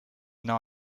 now